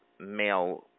Male